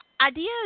ideas